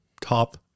Top